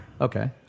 Okay